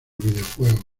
videojuegos